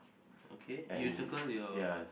okay you circle your